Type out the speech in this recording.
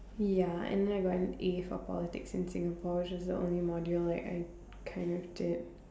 ya and then I got an A for politics in Singapore which is the only module like I kind of did